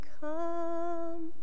come